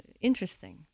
interesting